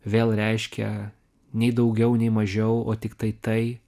vėl reiškia nei daugiau nei mažiau o tiktai tai